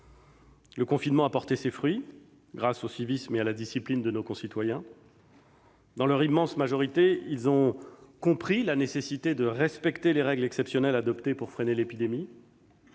Le confinement a porté ses fruits grâce au civisme et à la discipline de nos concitoyens qui, dans leur immense majorité, ont compris la nécessité de respecter les règles exceptionnelles adoptées pour freiner l'épidémie.